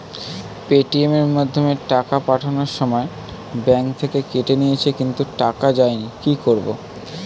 Paytm এর মাধ্যমে টাকা পাঠানোর সময় ব্যাংক থেকে কেটে নিয়েছে কিন্তু টাকা যায়নি কি করব?